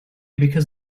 because